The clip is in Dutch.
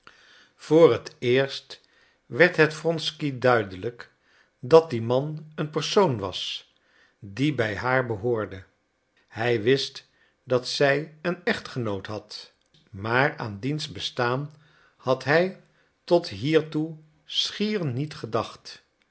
voor het eerst werd het wronsky duidelijk dat die man een persoon was die bij haar behoorde hij wist dat zij een echtgenoot had maar aan diens bestaan had hij tot hiertoe schier niet gedacht